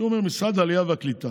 הוא אומר: משרד העלייה והקליטה